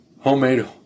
homemade